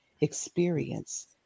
experience